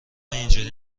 اینجوری